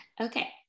Okay